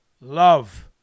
Love